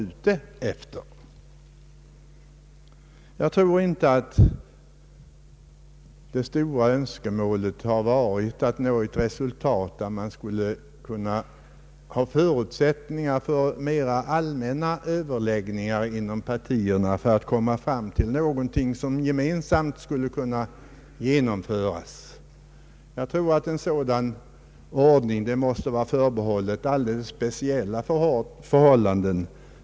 Valresultatet torde dock inte skapa förutsättningar för mer allmänna överläggningar mellan partierna i syfte att genomföra vissa förslag. En sådan ordning, där alla alltså skulle delta i regeringsansvaret, tror jag måste vara förbehållen alldeles speciella förhållanden.